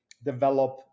Develop